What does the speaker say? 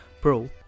pro